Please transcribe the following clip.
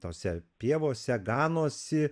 tose pievose ganosi